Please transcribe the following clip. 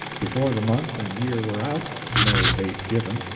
before the month and year were out no date given,